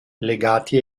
legati